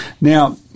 Now